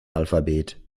alphabet